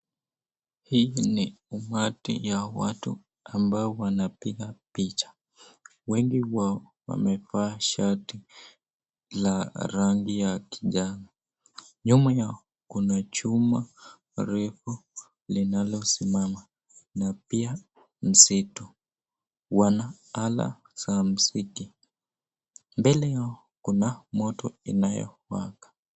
Hii ni umati ya watu ambao wanapiga picha wengi wao wamevaa shati la rangi ya kijano, nyuma yao kuna chuma refu linalo simama na pia msitu ,wana ala za mziki mbele yao kuna moto inayowaka.